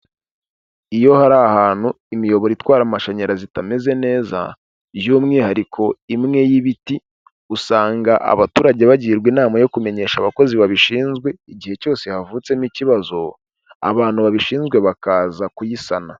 Iyo hari ahantu imiyoboro itwara amashanyarazi itameze neza, by'umwihariko imwe y'ibiti, usanga abaturage bagirwa inama yo kumenyesha abakozi babishinzwe igihe cyose havutsemo ikibazo, abantu babishinzwe bakaza kuyisana.